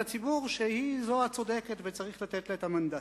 הציבור שהיא הצודקת וצריך לתת לה את המנדט.